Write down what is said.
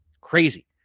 Crazy